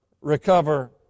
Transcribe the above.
recover